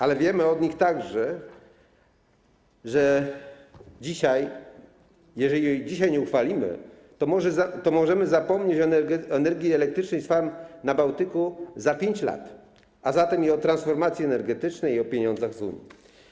Ale wiemy od nich także, że jeżeli jej dzisiaj nie uchwalimy, to możemy zapomnieć o energii elektrycznej z farm na Bałtyku za 5 lat, a zatem i o transformacji energetycznej, i o pieniądzach z Unii.